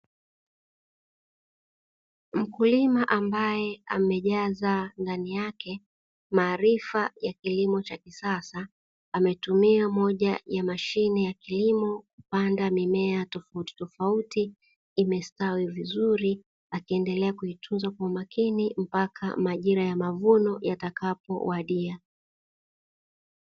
Mkulima ambaye amejaza ndani yake maarifa ya kilimo cha kisasa, ametumia moja ya mashine ya kilimo kupanda mimea tofautitofauti imestawi vizuri akiendelea kuitunza kwa umakini mpaka majira ya mavuno yatakapo wadia.